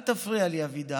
אל תפריע לי, אבידר,